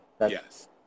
Yes